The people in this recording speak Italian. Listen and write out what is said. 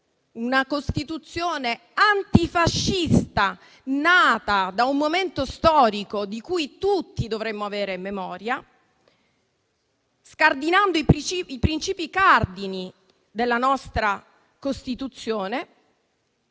una Costituzione antifascista, nata da un momento storico di cui tutti dovremmo avere memoria, scardinando i suoi principi cardine, per ingrandire